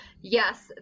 Yes